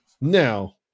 Now